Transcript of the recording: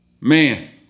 Man